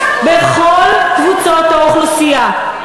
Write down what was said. בכל קבוצות האוכלוסייה,